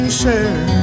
share